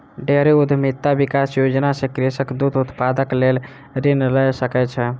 dairy उद्यमिता विकास योजना सॅ कृषक दूध उत्पादनक लेल ऋण लय सकै छै